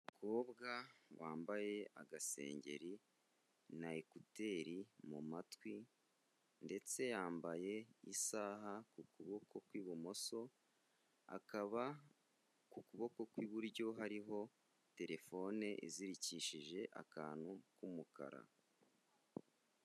Umukobwa wambaye agasengeri na ekuteri mu matwi ndetse yambaye isaha ku kuboko kw'ibumoso, akaba ku kuboko kw'iburyo, hariho terefone izirikishije akantu k'umukara.